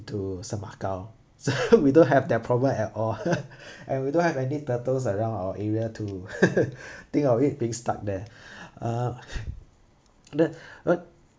~to semakau so we don't have their problems at all and we don't have any turtles around our area to think of it being stuck there uh the uh